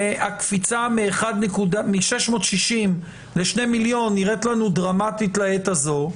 הקפיצה מ-660 לשני מיליון נראית לנו דרמטית לעת הזו,